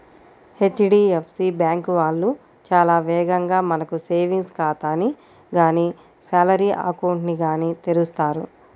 HDFC bank వాళ్ళు చాలా వేగంగా మనకు సేవింగ్స్ ఖాతాని గానీ శాలరీ అకౌంట్ ని గానీ తెరుస్తారు